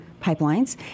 pipelines